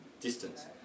distance